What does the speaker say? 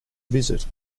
visit